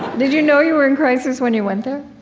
did you know you were in crisis when you went there?